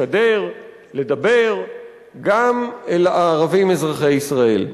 לשדר ולדבר גם אל הערבים אזרחי ישראל.